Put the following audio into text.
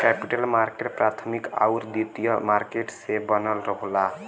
capital market प्राथमिक आउर द्वितीयक मार्केट से बनल होला